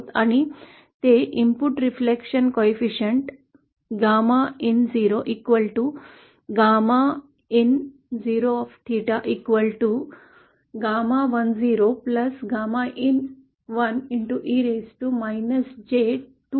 आणि ते इनपुट प्रतिबिंब गुणांक GAMAin GAMAin0 GAMA10 GAMAin1e raised to J2Theta आहे